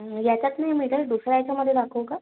ह्याच्यात नाही मिळत आहे दुसऱ्या ह्याच्यामध्ये दाखवू का